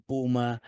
Puma